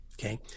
okay